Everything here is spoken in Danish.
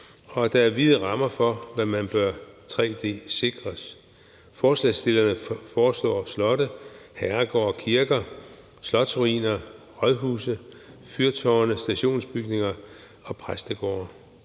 og der er vide rammer for, hvad der bør tre-d-sikres. Forslagsstillerne foreslår slotte, herregårde, kirker, slotsruiner, højhuse, fyrtårne, stationsbygninger og præstegårde.